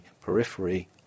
periphery